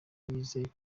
yizeye